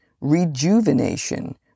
rejuvenation